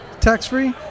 Tax-free